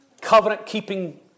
covenant-keeping